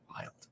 wild